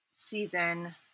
season